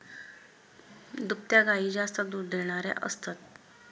दुभत्या गायी जास्त दूध देणाऱ्या असतात